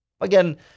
again